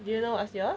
you know what's yours